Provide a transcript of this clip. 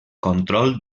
control